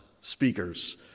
speakers